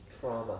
trauma